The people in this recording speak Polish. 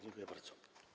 Dziękuję bardzo.